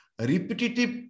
repetitive